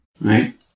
right